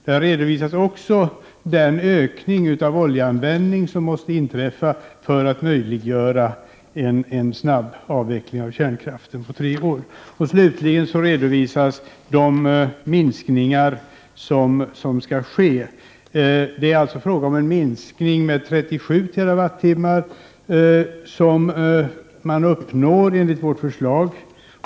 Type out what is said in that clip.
Där redovisas också den ökning av oljeanvändningen som måste komma till stånd för att möjliggöra snabbavveckling av kärnkraften på tre år. Slutligen redovisas de minskningar som skall ske. Det är fråga om en minskning med 23 TWh, som man med vårt förslag uppnår.